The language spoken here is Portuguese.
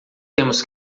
temos